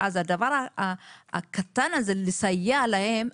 אז הדבר הקטן הזה לסייע להם,